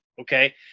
okay